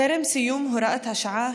טרם סיום הוראת השעה,